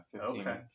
Okay